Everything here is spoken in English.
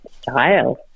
style